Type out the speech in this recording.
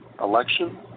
election